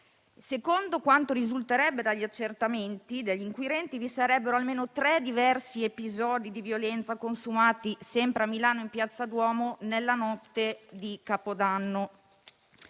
Secondo quanto risulterebbe dagli accertamenti degli inquirenti vi sarebbero almeno tre diversi episodi di violenza consumati sempre a Milano in piazza Duomo nella notte di Capodanno.